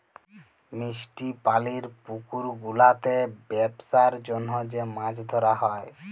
মিষ্টি পালির পুকুর গুলাতে বেপসার জনহ যে মাছ ধরা হ্যয়